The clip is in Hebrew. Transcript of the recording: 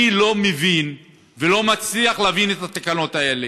אני לא מבין ולא מצליח להבין את התקנות האלה.